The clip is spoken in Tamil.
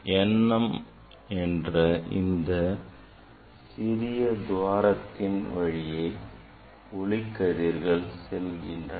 NM என்ற இந்த சிறிய துவாரத்தின் வழியே ஒளிக்கதிர்கள் செல்கின்றன